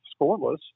scoreless